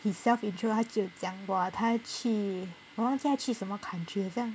self intro 他就有讲 !whoa! 他去我忘记他去什么 countries 很像